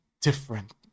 different